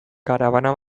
karabana